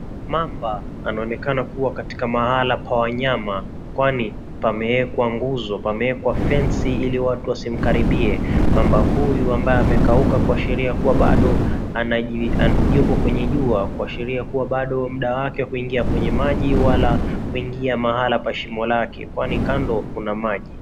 Mamba anaonekana kuwa katika mahala pa wanyama kwani pameeekwa nguzo pameekwa fensi ili watu wasimkaribie. Mamba huyu ambaye amekauka kuashiria kua bado yuko kwenye jua kuashiria kua bado muda wake wakuingia kwenye maji wala kuingia mahala pa shimo lake kwani kando kuna maji.